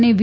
અને વી